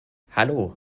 hallo